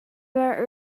were